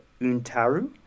untaru